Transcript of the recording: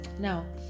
Now